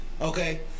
okay